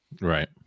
right